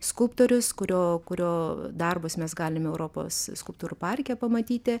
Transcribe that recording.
skulptorius kurio kurio darbus mes galime europos skulptūrų parke pamatyti